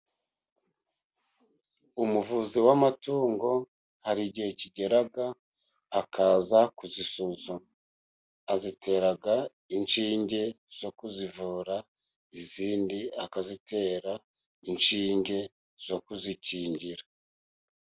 Umuvuzi w'amatungo hari igihe kigera akaza kuzisuzuma, azitera inshinge zo kuzivura, izindi akazitera inshinge zo kuzikingira.